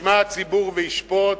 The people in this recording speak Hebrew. ישמע הציבור וישפוט.